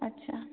ᱟᱪᱪᱷᱟ